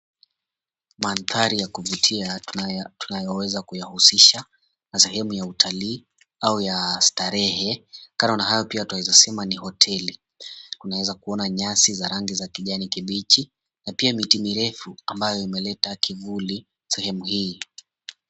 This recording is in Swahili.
Mandhari ya kuvutia tunayoweza kuyahusisha na sehemu ya utalii au ya starehe. Kando na hayo pia tuwaweza sema ni hoteli. Tunaeza kuona nyasi za rangi za kijani kibichi na pia miti mirefu ambayo imeleta kivuli sehemu hii.